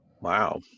Wow